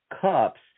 Cups